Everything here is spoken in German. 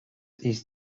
ist